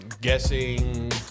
Guessing